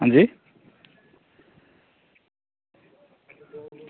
अंजी